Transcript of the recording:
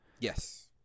Yes